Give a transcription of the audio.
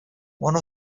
one